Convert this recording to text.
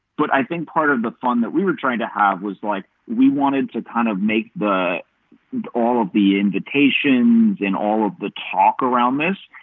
but i think part of the fun that we were trying to have was like we wanted to kind of make all of the invitations in all of the talk around this.